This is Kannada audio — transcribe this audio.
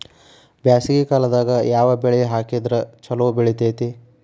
ಬ್ಯಾಸಗಿ ಕಾಲದಾಗ ಯಾವ ಬೆಳಿ ಹಾಕಿದ್ರ ಛಲೋ ಬೆಳಿತೇತಿ?